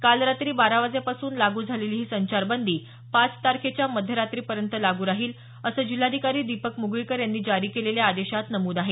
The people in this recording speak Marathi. काल रात्री बारा वाजेपासून लागू झालेली ही संचारबंदी पाच तारखेच्या मध्यरात्रीपर्यंत लागू राहील असं जिल्हाधिकारी दीपक मुगळीकर यांनी जारी केलेल्या आदेशात नमूद आहे